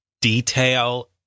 detail